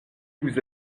vous